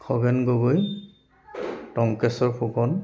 Khagen Gogoi Tankeswar Phukan